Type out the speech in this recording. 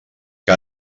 que